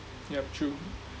yup true